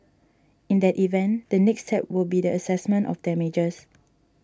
in that event the next step will be the assessment of damages